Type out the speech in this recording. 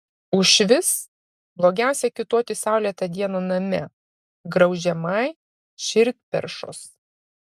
užvis blogiausia kiūtoti saulėtą dieną name graužiamai širdperšos